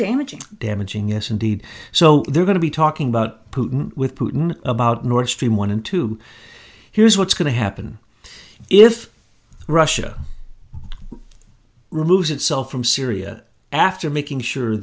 damaging damaging yes indeed so they're going to be talking about putin with putin about north stream one and two here's what's going to happen if russia removes itself from syria after making sure